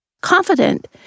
confident